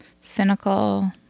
cynical